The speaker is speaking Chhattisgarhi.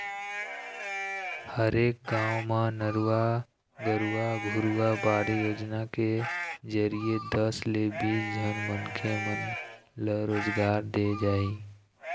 हरेक गाँव म नरूवा, गरूवा, घुरूवा, बाड़ी योजना के जरिए दस ले बीस झन मनखे मन ल रोजगार देय जाही